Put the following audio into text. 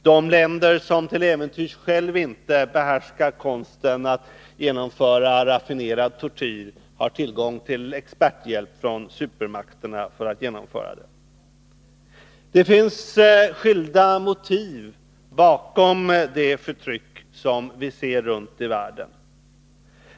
De länder som till äventyrs själva inte behärskar konsten att genomföra raffinerad tortyr har tillgång till experthjälp från supermakterna för att genomföra den. Det finns skilda motiv bakom det förtryck som vi ser runtom i världen.